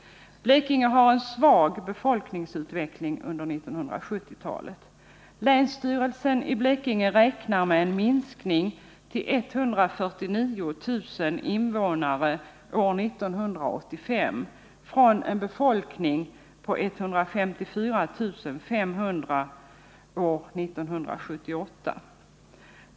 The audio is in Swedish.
Blekinge har haft en svag befolkningsutveckling under 1970-talet. Länsstyrelsen i Blekinge räknar med en minskning från 154 500 invånare år 1978 till 149 000 invånare 1985.